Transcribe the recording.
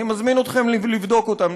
אני מזמין אתכם לבדוק אותם,